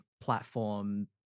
platform